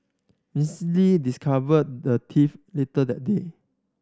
Miss Lee discovered the theft later that day